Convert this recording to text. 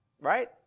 Right